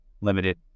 limited